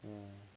um